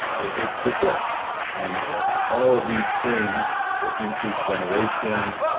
it it persists and all of these things. so increased ventilation,